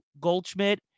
Goldschmidt